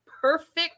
perfect